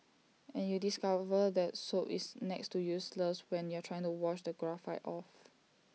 and you discover that soap is next to useless when you are trying to wash the graphite off